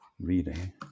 reading